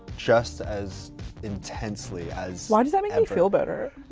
just as intensely as why does that mean i'd feel better